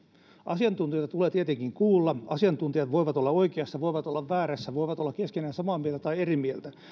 asiantuntijoita tulee tietenkin kuulla asiantuntijat voivat olla oikeassa voivat olla väärässä voivat olla keskenään samaa mieltä tai eri mieltä